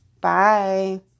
bye